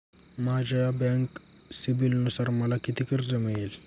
माझ्या बँक सिबिलनुसार मला किती कर्ज मिळेल?